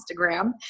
Instagram